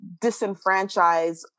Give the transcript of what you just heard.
disenfranchise